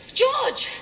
george